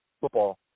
football